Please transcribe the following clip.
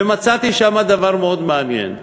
ומצאתי שם דבר מאוד מעניין.